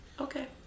Okay